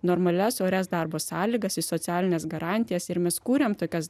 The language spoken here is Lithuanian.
normalias orias darbo sąlygas į socialines garantijas ir mes kuriam tokias